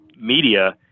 media